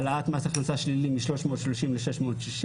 העלאת מס הכנסה שלילי מ-330 ל-660.